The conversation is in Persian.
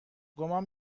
گمان